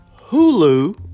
Hulu